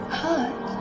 hurt